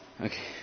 Okay